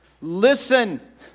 listen